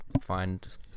find